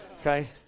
Okay